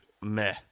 meh